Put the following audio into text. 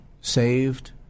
saved